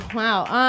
wow